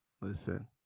listen